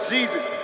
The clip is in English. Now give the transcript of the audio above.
Jesus